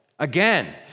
Again